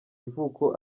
ivuko